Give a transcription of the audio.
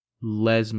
Les